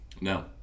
No